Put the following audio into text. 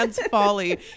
folly